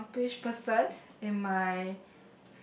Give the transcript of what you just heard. accomplish person in my